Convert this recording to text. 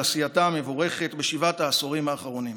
עשייתה המבורכת בשבעת העשורים האחרונים.